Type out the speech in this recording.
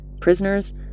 prisoners